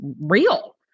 real